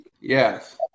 Yes